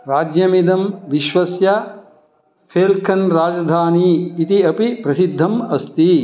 राज्यमिदं विश्वस्य फ़ेल्कन् राजधानी इति अपि प्रसिद्धम् अस्ती